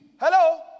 Hello